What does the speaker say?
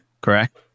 correct